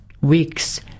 weeks